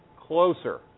closer